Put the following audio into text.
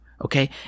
okay